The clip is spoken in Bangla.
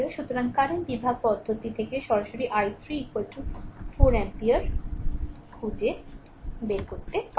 সুতরাং কারেন্ট বিভাগ পদ্ধতি থেকে সরাসরি i 3 4 অ্যাম্পিয়ার খুঁজে বের করতে পারে